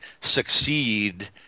succeed